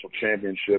Championship